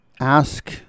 ask